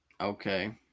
Okay